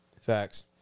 Facts